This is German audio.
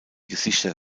gesichter